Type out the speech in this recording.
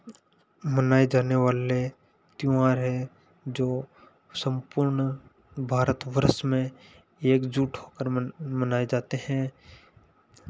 मनायी जानेवाली त्योहार है जो सम्पूर्ण भारतवर्ष में एकजुट होकर मन मनाए जाते हैं